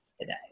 today